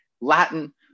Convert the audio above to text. Latin